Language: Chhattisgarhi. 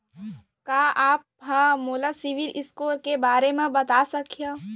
का आप हा मोला सिविल स्कोर के बारे मा बता सकिहा?